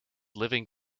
living